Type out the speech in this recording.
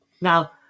Now